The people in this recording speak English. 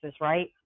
right